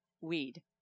weed